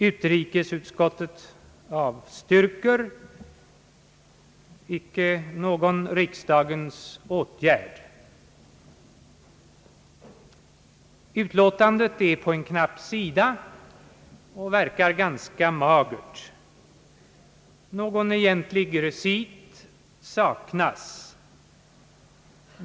Utrikes utskottet avstyrker — »icke någon riksdagens åtgärd». Utlåtandet är på en knapp sida och verkar ganska magert. Egentlig recit saknas.